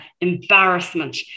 embarrassment